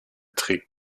trägt